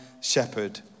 shepherd